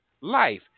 life